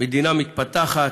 מדינה מתפתחת,